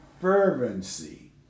fervency